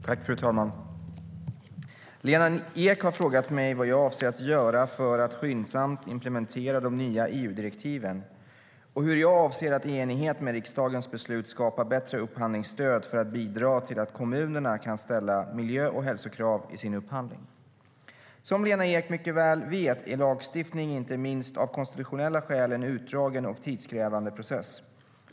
Fru talman! Lena Ek har frågat mig vad jag avser att göra för att skyndsamt implementera de nya EU-direktiven och hur jag avser att i enlighet med riksdagens beslut skapa bättre upphandlingsstöd för att bidra till att kommunerna kan ställa miljö och hälsokrav i sin upphandling. Som Lena Ek mycket väl vet är lagstiftning inte minst av konstitutionella skäl en utdragen och tidskrävande process.